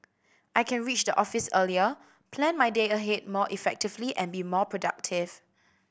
I can reach the office earlier plan my day ahead more effectively and be more productive